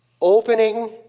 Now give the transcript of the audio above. Opening